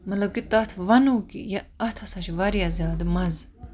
مَطلَب کہِ تَتھ وَنو کہِ یہِ اتھ ہَسا چھُ واریاہ زیادٕ مَزٕ